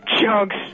Chunks